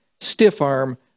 stiff-arm